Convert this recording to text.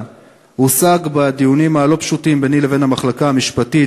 הושג בדיונים הלא-פשוטים ביני לבין המחלקה המשפטית,